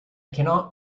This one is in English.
cannot